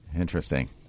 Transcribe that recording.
Interesting